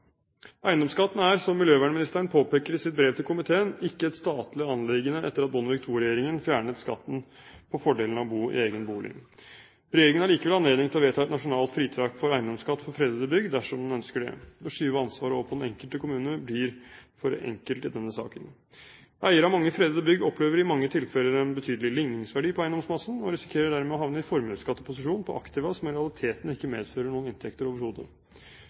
Eiendomsskatten er, som miljøvernministeren påpeker i sitt brev til komiteen, ikke et statlig anliggende etter at Bondevik II-regjeringen fjernet skatten på fordelen av å bo i egen bolig. Regjeringen har likevel anledning til å vedta et nasjonalt fritak for eiendomsskatt for fredede bygg dersom den ønsker det. Å skyve ansvaret over på den enkelte kommune blir for enkelt i denne saken. Eiere av mange fredede bygg opplever i mange tilfeller en betydelig ligningsverdi på eiendomsmassen, og risikerer dermed å havne i formuesskattposisjon på aktiva som i realiteten ikke medfører noen inntekter overhodet.